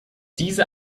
diese